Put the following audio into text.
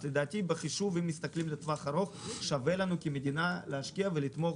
אז אם מסתכלים לטווח ארוך שווה לנו כמדינה להשקיע ולתמוך